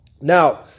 Now